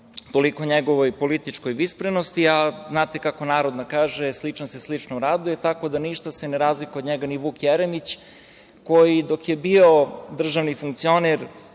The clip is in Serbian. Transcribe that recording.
Toliko o njegovoj političkoj visprenosti. Znate kako narodna kaže – sličan se sličnom raduje, tako da se ništa ne razlikuje od njega ni Vuk Jeremić, koji je dok je bio državni funkcioner,